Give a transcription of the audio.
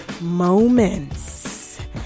moments